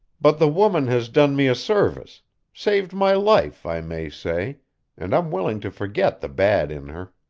but the woman has done me a service saved my life, i may say and i'm willing to forget the bad in her.